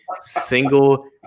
single